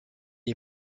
est